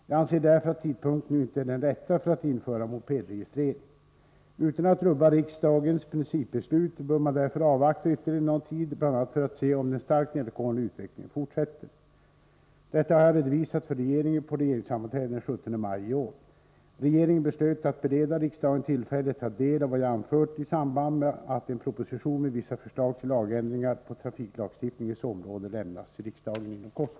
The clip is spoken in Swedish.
Jag anser därför att tidpunkten nu inte är den rätta för att införa mopedregistrering. Utan att rubba riksdagens principbeslut bör man därför avvakta ytterligare någon tid, bl.a. för att se om den starkt nedåtgående utvecklingen fortsätter. Detta har jag redovisat för regeringen på regeringssammanträde den 17 maj i år. Regeringen beslöt att bereda riksdagen tillfälle att ta del av vad jag anfört i samband med att en proposition med vissa förslag till lagändringar på trafiklagstiftningens område lämnas till riksdagen inom kort.